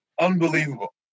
unbelievable